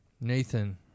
Nathan